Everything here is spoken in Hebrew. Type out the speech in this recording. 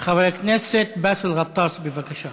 חבר הכנסת באסל גטאס, בבקשה.